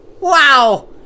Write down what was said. Wow